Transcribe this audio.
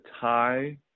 tie